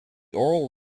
oral